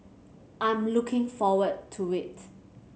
I'm looking forward to it